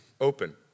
open